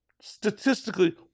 statistically